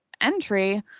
entry